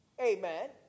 Amen